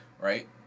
right